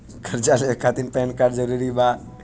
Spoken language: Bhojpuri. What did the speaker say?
कर्जा लेवे खातिर पैन कार्ड जरूरी बा?